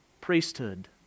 priesthood